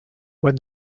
when